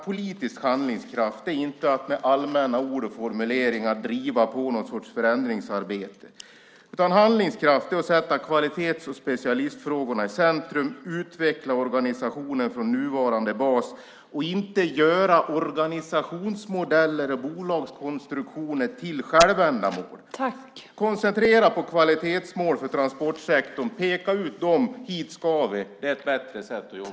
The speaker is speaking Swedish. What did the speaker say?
Politisk handlingskraft är inte att med allmänna ord och formuleringar driva på något slags förändringsarbete. Handlingskraft är att sätta kvalitets och specialistfrågorna i centrum och utveckla organisationen från nuvarande bas. Det handlar om att inte göra organisationsmodeller och bolagskonstruktioner till självändamål. Koncentrera på kvalitetsmål för transportsektorn och peka: Hit ska vi. Det är ett bättre sätt att jobba.